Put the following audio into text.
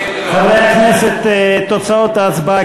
חברי הכנסת, תוצאות ההצבעה